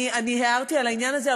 אני הערתי על העניין הזה.